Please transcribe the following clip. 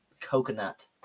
coconut